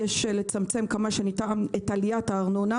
יש לצמצם כמה שניתן את עליית הארנונה,